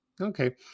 Okay